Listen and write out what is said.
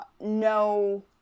no